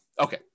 Okay